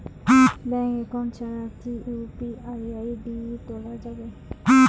Bank account ছাড়া কি UPI ID চোলা যাবে?